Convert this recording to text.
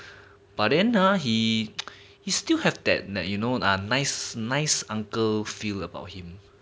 but then ah he he still have that that you known na~ nice nice uncle feel about him